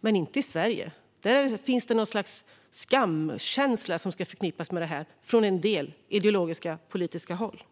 men inte i Sverige. Här finns det något slags skamkänsla som ska förknippas med detta från en del ideologiska och politiska håll.